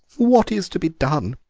what is to be done?